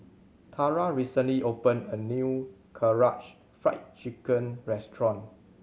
Tara recently opened a new Karaage Fried Chicken restaurant